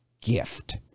gift